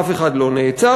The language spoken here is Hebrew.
אף אחד לא נעצר,